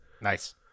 Nice